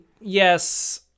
yes